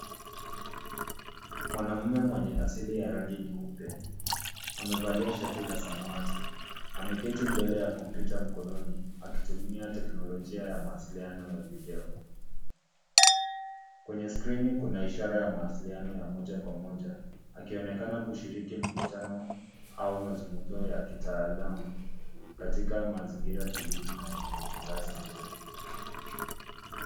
Mwanamume mwenye asili ya rangi nyeupe amevalia shati la samawati. Ameketi mbele ya kompyuta mkononi akitumia teknolojia ya mawasiliano ya video. Kwenye skrini kuna ishara ya mawasiliano ya moja kwa moja. Akionekana kushiriki mkutano au mazungumzo ya kitaalamu. Yuko katika mazingira tulivu yenye mwangaza mzuri.